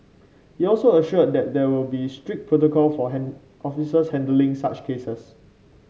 he also assured that there will be strict protocol for officers handling such cases